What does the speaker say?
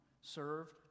served